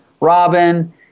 Robin